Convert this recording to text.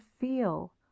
feel